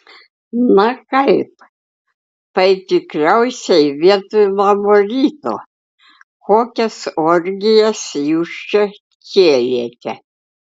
na kaip tai tikriausiai vietoj labo ryto kokias orgijas jūs čia kėlėte